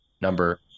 number